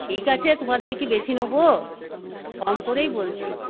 ঠিক আছে তোমাদের কি বেশি নোবো কম করেই বলছি